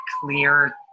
clear